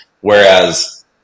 Whereas